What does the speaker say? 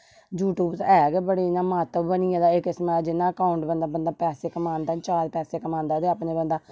YouTube है गै बडे़ इयां महत्व बनी गेदा इक किस्मे द अकाउंट बंदा पैसे कमाने तांईं चार पेसे कमांदा ते अपने बंदा